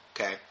Okay